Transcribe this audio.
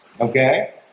Okay